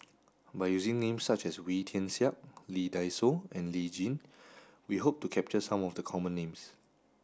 by using names such as Wee Tian Siak Lee Dai Soh and Lee Tjin we hope to capture some of the common names